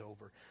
over